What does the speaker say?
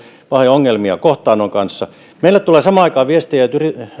ongelmia kohtaannon kanssa meille tulee samaan aikaan